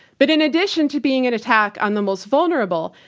but in addition to being an attack on the most vulnerable,